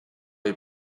est